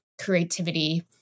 creativity